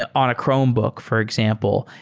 and on a chromebook, for example,